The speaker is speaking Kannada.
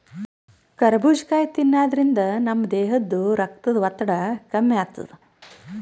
ಕರಬೂಜ್ ಕಾಯಿ ತಿನ್ನಾದ್ರಿನ್ದ ನಮ್ ದೇಹದ್ದ್ ರಕ್ತದ್ ಒತ್ತಡ ಕಮ್ಮಿ ಆತದ್